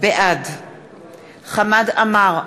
בעד חמד עמאר,